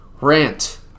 rant